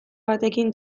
batekin